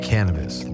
Cannabis